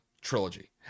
trilogy